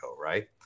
right